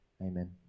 amen